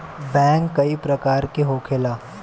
bank कई प्रकार के होखेला